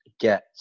get